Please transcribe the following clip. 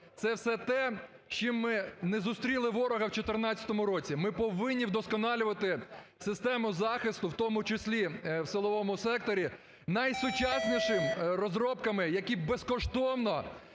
це все те, чим ми не зустріли ворога в 14-му році. Ми повинні вдосконалювати систему захисту, в тому числі в силовому секторі, найсучаснішими розробками, які безкоштовно